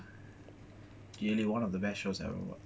really one of the best show I ever watched